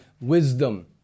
Wisdom